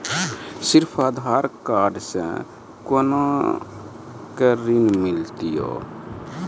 सिर्फ आधार कार्ड से कोना के ऋण मिलते यो?